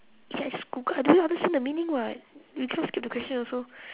ya it's google I don't even understand the meaning [what] we cannot skip the question also